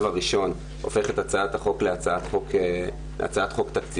הראשון הופך את הצעת החוק להצעת חוק תקציבית.